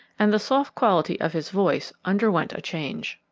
and the soft quality of his voice underwent a change.